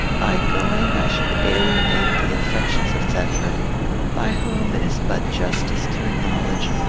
by going, i should alienate the affections of thetford by whom, it is but justice to acknowledge,